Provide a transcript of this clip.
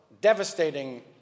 devastating